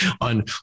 on